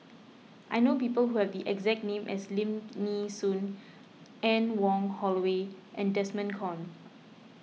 I know people who have the exact name as Lim Nee Soon Anne Wong Holloway and Desmond Kon